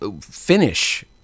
finish